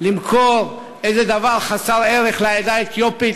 למכור איזה דבר חסר ערך לעדה האתיופית.